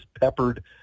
peppered